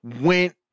went